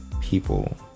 people